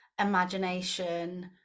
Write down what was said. imagination